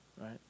right